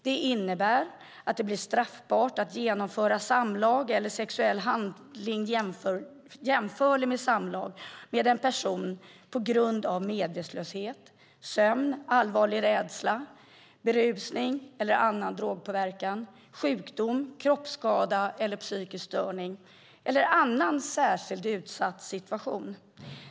Det innebär att det blir straffbart att genomföra samlag eller en sexuell handling jämförlig med samlag med en person som befinner sig i medvetslöshet, sömn, allvarlig rädsla, berusning eller annan drogpåverkan, sjukdom, kroppsskada eller psykisk störning eller annan särskilt utsatt situation.